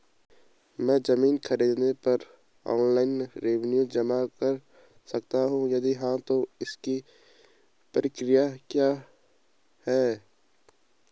मैं ज़मीन खरीद पर अपना ऑनलाइन रेवन्यू जमा कर सकता हूँ यदि हाँ तो इसकी प्रक्रिया क्या है?